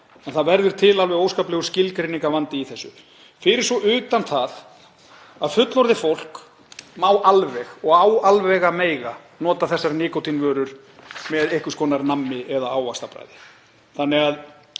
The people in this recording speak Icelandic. en það verður til alveg óskaplegur skilgreiningarvandi í þessu, fyrir svo utan það að fullorðið fólk má alveg og á alveg að mega nota þessar nikótínvörur með einhvers konar nammi- eða ávaxtabragði. Þannig að